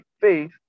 Faith